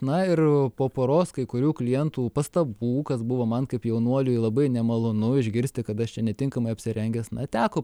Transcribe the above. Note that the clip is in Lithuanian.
na ir po poros kai kurių klientų pastabų kas buvo man kaip jaunuoliui labai nemalonu išgirsti kad aš čia netinkamai apsirengęs na teko